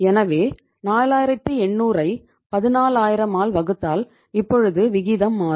எனவே 4800 ஐ 14000 ஆல் வகுத்தால் இப்போது விகிதம் மாறும்